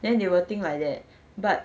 then they will think like that but